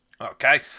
Okay